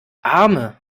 arme